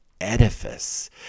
edifice